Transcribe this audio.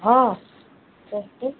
অঁ